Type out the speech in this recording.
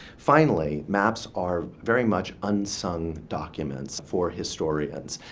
finally, maps are very much unsung documents for historians.